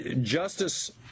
Justice